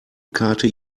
karte